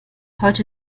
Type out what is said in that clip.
heute